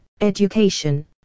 education